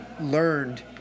learned